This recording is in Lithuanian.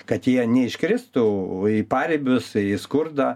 kad jie neiškristų į paribius į skurdą